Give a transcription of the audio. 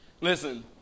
Listen